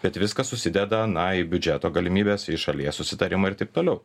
bet viskas susideda na į biudžeto galimybes į šalies susitarimą ir taip toliau